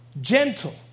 gentle